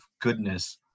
goodness